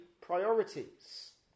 priorities